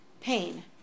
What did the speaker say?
pain